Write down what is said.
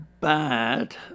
Bad